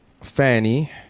Fanny